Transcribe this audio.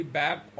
back